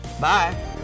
Bye